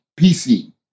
pc